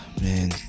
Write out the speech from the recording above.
Man